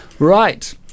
Right